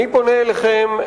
אני פונה אליכם,